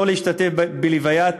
להשתתף בהלוויית